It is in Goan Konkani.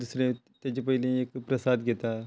दुसरे तेजे पयली एक प्रसाद घेता